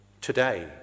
today